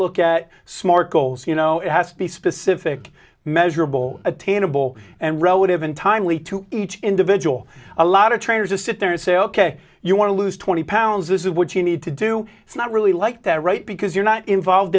look at smart goals you know it has to be specific measurable attainable and relative untimely to each individual a lot of trainers just sit there and say ok you want to lose twenty pounds this is what you need to do not really like that right because you're not involved